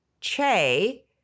Che